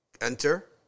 Enter